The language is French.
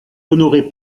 honoré